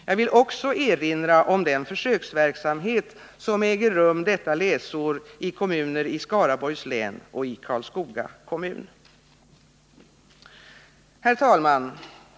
Jag vill också erinra om den försöksverksamhet som äger rum detta läsår i kommuner i Skaraborgs län och i Karlskoga kommun. Herr talman!